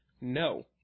No